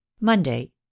Monday